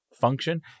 function